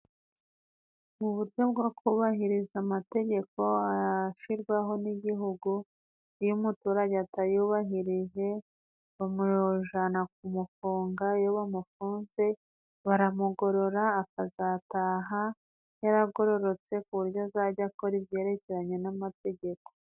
Mu buryo bwo kubahiriza amategeko ashyirwaho n'igihugu, iyo umuturage atayubahirije, bamujana kumufunga, iyo bamufunze baramugorora, akazataha yaragororotse, ku buryo azajya akora ibyerekeranye n'amategeko.